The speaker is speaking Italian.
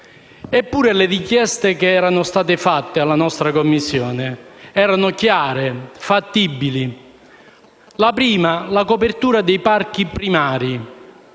Eppure le richieste avanzate alla nostra Commissione erano chiare e fattibili. La prima: copertura dei parchi primari;